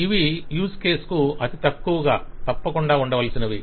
ఇవి use case కు అతి తక్కువగా తప్పకుండా ఉండవలసినవి